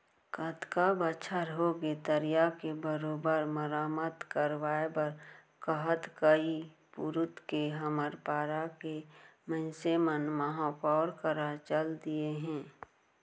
कतका बछर होगे तरिया के बरोबर मरम्मत करवाय बर कहत कई पुरूत के हमर पारा के मनसे मन महापौर करा चल दिये हें